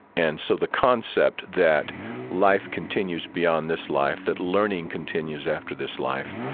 and so the concept that life continues beyond this life, that learning continues after this life,